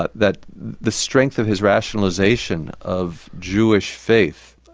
but that the strength of his rationalisation of jewish faith,